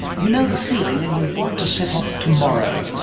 you know the feeling and you want to set off tomorrow,